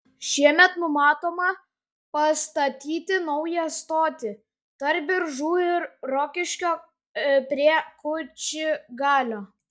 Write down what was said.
šiemet numatoma pastatyti naują stotį tarp biržų ir rokiškio prie kučgalio